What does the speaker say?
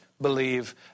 believe